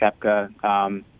Kepka